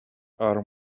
are